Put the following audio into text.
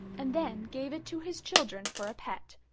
and then gave it to his children for a pet.